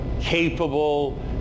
capable